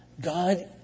God